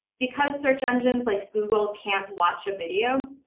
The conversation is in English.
because search engines like google can't watch a video,